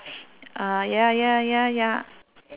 ah ya ya ya ya